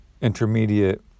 intermediate